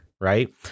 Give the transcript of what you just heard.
right